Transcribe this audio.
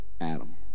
Adam